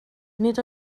nid